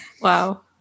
Wow